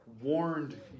warned